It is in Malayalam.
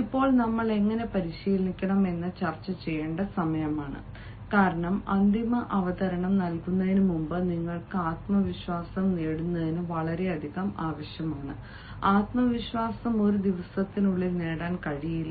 ഇപ്പോൾ നമ്മൾ എങ്ങനെ പരിശീലിക്കണം എന്ന് ചർച്ച ചെയ്യേണ്ട സമയമാണ് കാരണം അന്തിമ അവതരണം നൽകുന്നതിനുമുമ്പ് നിങ്ങൾക്ക് ആത്മവിശ്വാസം നേടുന്നതിന് വളരെയധികം ആവശ്യമാണ് ആത്മവിശ്വാസം ഒരു ദിവസത്തിനുള്ളിൽ നേടാൻ കഴിയില്ല